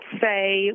say